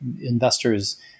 investors